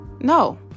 No